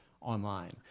online